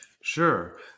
Sure